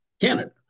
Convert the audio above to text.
Canada